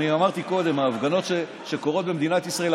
אני אמרתי קודם: ההפגנות שקורות במדינת ישראל,